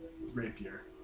rapier